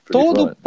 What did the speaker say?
todo